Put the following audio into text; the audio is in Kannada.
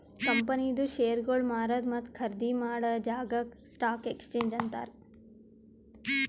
ಕಂಪನಿದು ಶೇರ್ಗೊಳ್ ಮಾರದು ಮತ್ತ ಖರ್ದಿ ಮಾಡಾ ಜಾಗಾಕ್ ಸ್ಟಾಕ್ ಎಕ್ಸ್ಚೇಂಜ್ ಅಂತಾರ್